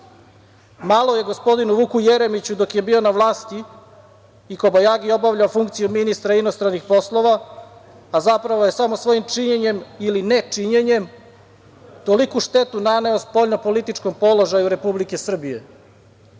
Malo je gospodinu Vuku Jeremiću dok je bio na vlasti i kobajagi obavljao funkciju ministra inostranih poslova, a zapravo je samo svojim činjenjem ili ne činjenjem toliku štetu naneo na spoljno političkom položaju Republike Srbije.